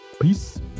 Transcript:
Peace